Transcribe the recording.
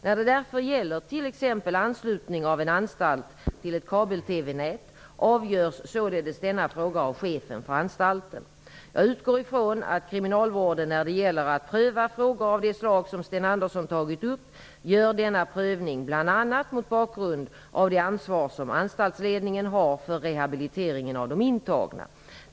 När det därför gäller t.ex. anslutning av en anstalt till ett kabel TV-nät avgörs således denna fråga av chefen för anstalten. Jag utgår ifrån att kriminalvården, när det gäller att pröva frågor av det slag som Sten Andersson tagit upp, gör denna prövning bl.a. mot bakgrund av det ansvar som anstaltsledningen har för rehabiliteringen av de intagna.